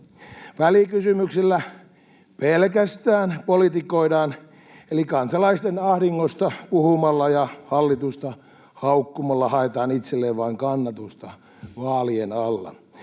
välikysymyksellä pelkästään politikoidaan eli kansalaisten ahdingosta puhumalla ja hallitusta haukkumalla vain haetaan itselle kannatusta vaalien alla